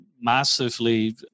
massively